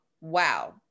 wow